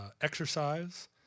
exercise